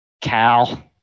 Cal